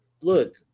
look